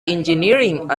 engineering